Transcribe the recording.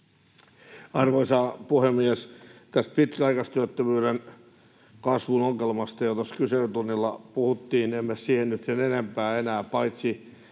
Arvoisa puhemies! Tästä pitkäaikaistyöttömyyden kasvun ongelmasta, josta kyselytunnilla puhuttiin: en mene siihen nyt sen enempää enää, paitsi